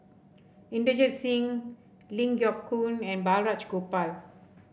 Inderjit Singh Ling Geok Choon and Balraj Gopal